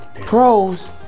pros